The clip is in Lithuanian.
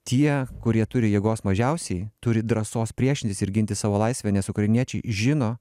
tie kurie turi jėgos mažiausiai turi drąsos priešintis ir ginti savo laisvę nes ukrainiečiai žino